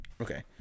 Okay